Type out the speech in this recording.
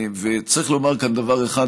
וצריך לומר כאן דבר אחד,